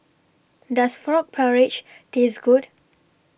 Does Frog Porridge Taste Good